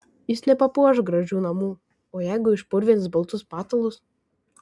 jis nepapuoš gražių namų o jeigu išpurvins baltus patalus